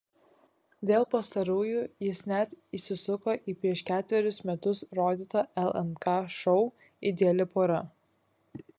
dėl pastarųjų jis net įsisuko į prieš ketverius metus rodytą lnk šou ideali pora